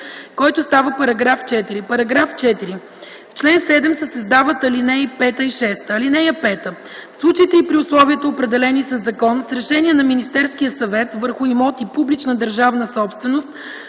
който става § 4: „§ 4. В чл. 7 се създават алинеи 5 и 6: „(5) В случаите и при условията, определени със закон, с решение на Министерския съвет върху имоти – публична държавна собственост,